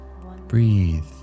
Breathe